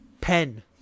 pen